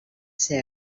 ser